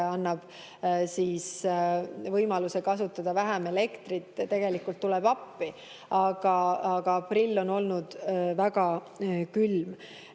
annab võimaluse kasutada vähem elektrit, tegelikult tuleb appi. Aga aprill oli väga külm.